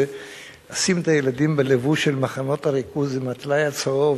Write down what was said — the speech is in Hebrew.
לשים את הילדים בלבוש של מחנות הריכוז עם הטלאי הצהוב,